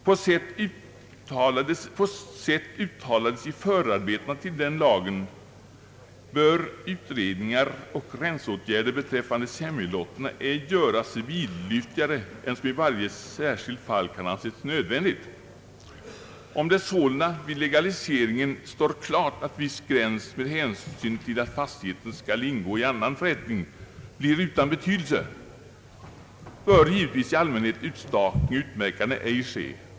På sätt uttalades i förarbetena till den lagen bör utredningar och gränsåtgärder beträffande sämjelotterna ej göras vidlyftigare än som i varje särskilt fall kan anses nödvändigt. Om det sålunda vid legaliseringen står klart att viss gräns med hänsyn till att fastigheten skall ingå i annan förrättning blir utan betydelse bör givetvis i allmänhet utstakning och utmärkande ej ske.